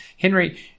Henry